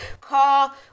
call